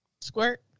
Squirt